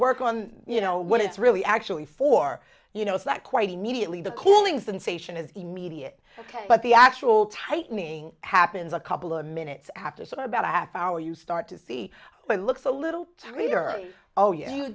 work on you know what it's really actually for you know it's not quite immediately the killings and sation is immediate ok but the actual tightening happens a couple of minutes after so about a half hour you start to see what looks a little three or oh y